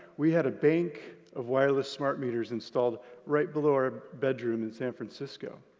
we had a bank of wireless smart meters installed right below our bedroom in san francisco.